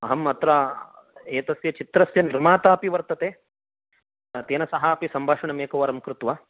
अहं अत्र एतस्य चित्रस्य निर्मातापि वर्तते तेन सह अपि एकवारं सम्भाषणं कृत्वा